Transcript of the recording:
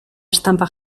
estampa